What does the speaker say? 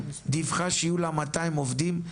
דיווחה שיהיו לה 200 עובדים,